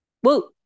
Whoa